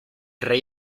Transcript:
rey